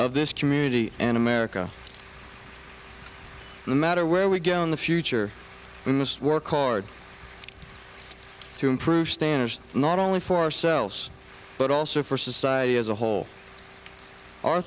of this community and america no matter where we go in the future in this work hard to improve standards not only for ourselves but also for society as a whole our